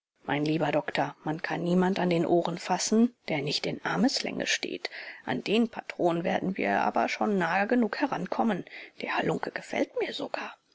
mein lieber doktor man kann niemand an den ohren fassen der nicht in armeslänge steht an den patron werden wir aber schon nahe genug herankommen der halunke gefällt mir sogar